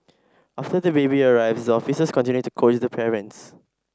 after the baby arrives the officers continue to coach the parents